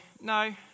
no